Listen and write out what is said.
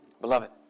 Beloved